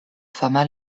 fama